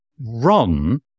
run